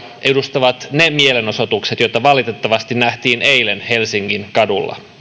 edustavat ne mielenosoitukset joita valitettavasti nähtiin eilen helsingin kaduilla